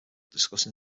discussing